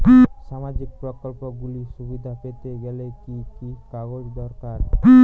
সামাজীক প্রকল্পগুলি সুবিধা পেতে গেলে কি কি কাগজ দরকার?